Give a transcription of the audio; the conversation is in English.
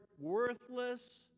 worthless